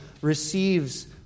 receives